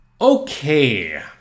Okay